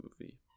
movie